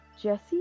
Jesse